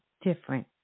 different